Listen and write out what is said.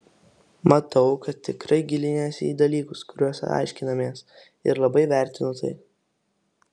matau kad tikrai giliniesi į dalykus kuriuos aiškinamės ir labai vertinu tai